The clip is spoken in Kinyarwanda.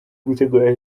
gutegura